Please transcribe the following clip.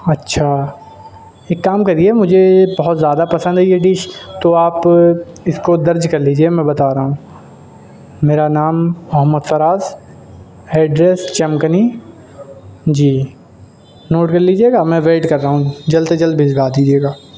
اچھا ایک کام کریے مجھے یہ بہت زیادہ پسند ہے یہ ڈش تو آپ اس کو درج کر لیجیے میں بتا رہا ہوں میرا نام محمد فراز ایڈریس چمکنی جی نوٹ کر لیجیے گا میں ویٹ کر رہا ہوں جلد سے جلد بھیجوا دیجیے گا